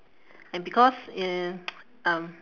and because in um